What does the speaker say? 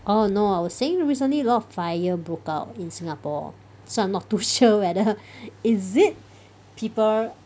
orh no I was saying recently a lot of fire broke out in Singapore so I'm not too sure whether is it people